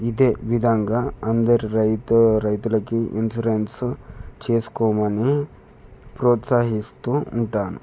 ఇదే విధంగా అందరి రైతు రైతులకి ఇన్సూరెన్సు చేసుకోమని ప్రోత్సహిస్తూ ఉంటాను